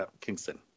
Kingston